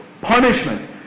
Punishment